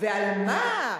ועל מה?